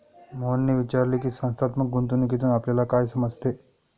मोहनने विचारले की, संस्थात्मक गुंतवणूकीतून आपल्याला काय समजते?